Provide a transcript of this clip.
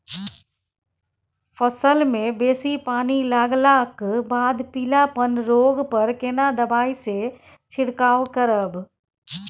फसल मे बेसी पानी लागलाक बाद पीलापन रोग पर केना दबाई से छिरकाव करब?